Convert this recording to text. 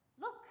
look